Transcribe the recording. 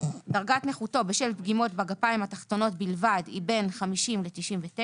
דרגת נכות בשל פגימות בגפיים התחתונות בלבד היא בין 50 אחוזים ל-99